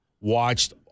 watched